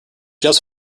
just